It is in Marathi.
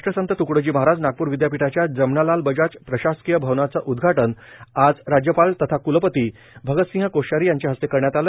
राष्ट्रसंत त्कडोजी महाराज नागपूर विद्यापिठाच्या जमनालाल बजाज प्रशासकीय भवनाचे उद्घाटन आज राज्यपाल तथा क्लपती भगतसिंह कोश्यारी यांच्या हस्ते करण्यात आले